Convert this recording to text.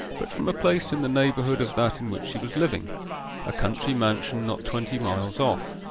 but from a place in the neighbourhood of that in which she was living a country mansion not twenty miles off.